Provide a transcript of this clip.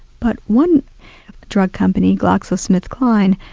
but one drug company, glaxo smith klein,